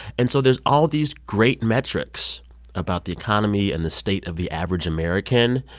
and so there's all these great metrics about the economy and the state of the average american.